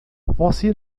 você